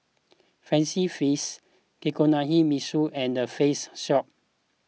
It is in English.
Fancy Feast Kinohimitsu and the Face Shop